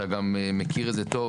אתה מכיר את זה טוב.